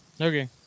Okay